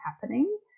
happening